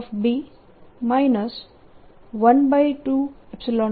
0 dV012E2∂t અને તેથી હું dWdt10dV E